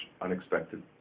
unexpected